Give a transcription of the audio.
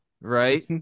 right